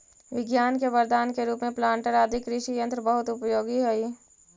विज्ञान के वरदान के रूप में प्लांटर आदि कृषि यन्त्र बहुत उपयोगी हई